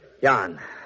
Jan